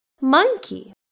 Monkey